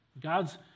God's